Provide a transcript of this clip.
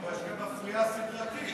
יש כאן מפריעה סדרתית.